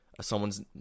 someone's